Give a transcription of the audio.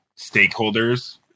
stakeholders